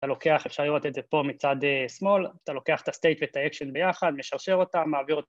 אתה לוקח, אפשר לראות את זה פה מצד שמאל, אתה לוקח את ה-State ואת ה-Action ביחד, משרשר אותם, מעביר אותם